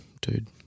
dude